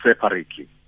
separately